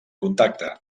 contacte